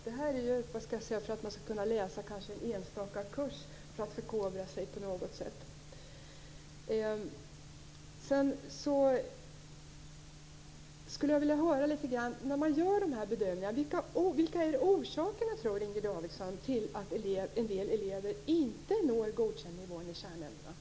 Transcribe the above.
Det vi talar om är behörighet att t.ex. läsa en enstaka kurs för att förkovra sig. Vilka är orsakerna, tror Inger Davidson, till att en del elever inte når godkändnivån i kärnämnena?